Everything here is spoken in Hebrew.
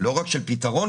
של פתרון,